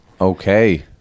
okay